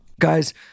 Guys